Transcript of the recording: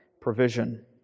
provision